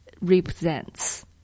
represents